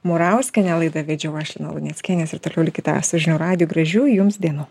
murauskienę laidą vedžiau aš lina luneckienė jūs ir toliau likite su žinių radiju gražių jums dienų